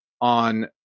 on